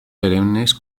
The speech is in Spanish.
perennes